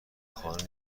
خانه